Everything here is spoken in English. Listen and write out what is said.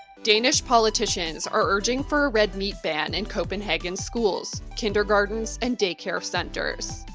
danish politicians are urging for a red meat ban in copenhagen schools, kindergartens, and daycare centers.